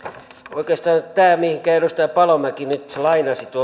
oikeastaan tämä minkä edustaja paloniemi lainasi